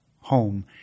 home